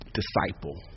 disciple